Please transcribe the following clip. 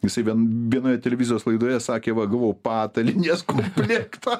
jisai vien vienoje televizijos laidoje sakė va gavau patalynės komplektą